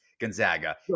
Gonzaga